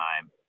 time